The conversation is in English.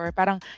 parang